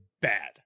bad